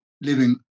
living